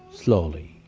slowly,